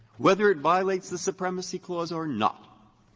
whether it violates the supremacy clause or not,